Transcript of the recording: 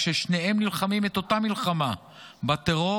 כששניהם נלחמים את אותה מלחמה בטרור